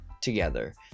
together